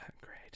Great